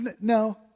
no